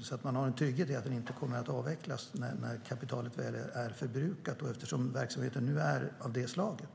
så att man har en trygghet i att den inte kommer att avvecklas när kapitalet väl är förbrukat eftersom verksamheten är av det slaget.